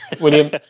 William